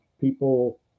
people